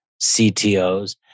CTOs